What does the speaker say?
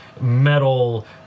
metal